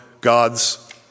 God's